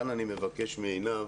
כאן אני מבקש מעינב